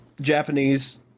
Japanese